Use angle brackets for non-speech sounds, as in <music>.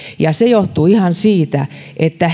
ja se johtuu ihan siitä että <unintelligible>